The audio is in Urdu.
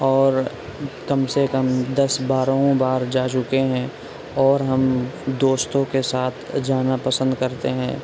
اور کم سے کم دس بارہوں بار جا چکے ہیں اور ہم دوستوں کے ساتھ جانا پسند کرتے ہیں